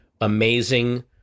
amazing